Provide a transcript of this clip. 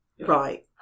Right